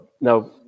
Now